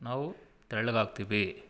ನಾವು ತೆಳ್ಳಗಾಗ್ತಿವಿ